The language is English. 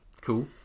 cool